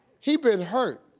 he been hurt.